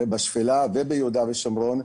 בשפלה ויהודה ושומרון,